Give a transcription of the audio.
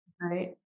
Right